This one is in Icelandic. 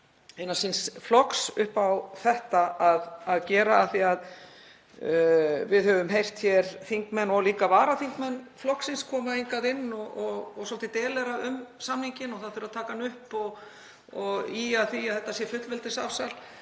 innan síns flokks upp á þetta að gera af því að við höfum heyrt hér þingmenn og líka varaþingmenn flokksins koma hingað inn og delera svolítið um samninginn, að það þurfi að taka hann upp, og ýja að því að þetta sé fullveldisafsal.